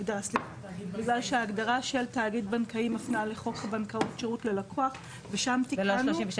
בגלל שההגדרה של תאגיד בנקאי מפנה לחוק בנקאות שירות ללקוח ושם תיקנו